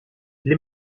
est